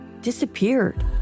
disappeared